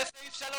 זה סעיף 35,